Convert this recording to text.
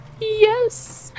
Yes